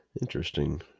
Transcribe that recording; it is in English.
Interesting